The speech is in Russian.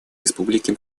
республики